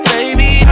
Baby